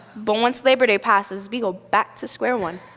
but once labor day passes, we go back to square one.